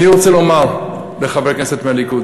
אני רוצה לומר לחברי הכנסת מהליכוד: